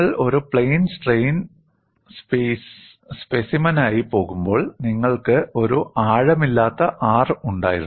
നിങ്ങൾ ഒരു plane strain സ്പെസിമെനായി പോകുമ്പോൾ നിങ്ങൾക്ക് ഒരു ആഴമില്ലാത്ത R ഉണ്ടായിരുന്നു